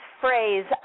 phrase